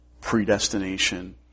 predestination